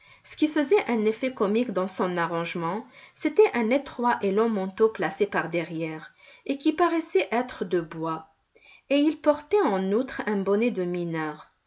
ce qui faisait un effet comique dans son arrangement c'était un étroit et long manteau placé par derrière et qui paraissait être de bois et il portait en outre un bonnet de mineur